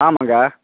ஆமாங்க